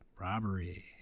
robbery